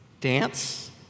Dance